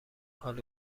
حال